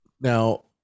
now